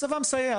הצבא מסייע,